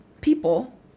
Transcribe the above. people